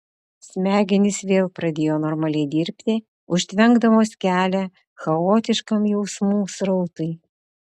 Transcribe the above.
smegenys vėl pradėjo normaliai dirbti užtvenkdamos kelią chaotiškam jausmų srautui